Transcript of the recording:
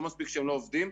לא מספיק שהם לא עובדים,